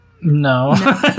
No